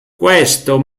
questo